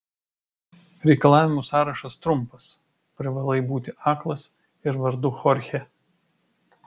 reikalavimų sąrašas trumpas privalai būti aklas ir vardu chorchė